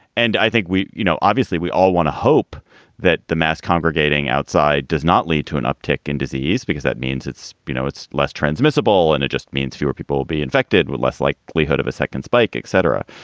and i think we you know, obviously we all want to hope that the mass congregating outside does not lead to an uptick in disease, because that means it's you know, it's less transmissible and it just means fewer people will be infected with less likely hood of a second spike, et cetera.